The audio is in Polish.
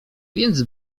więc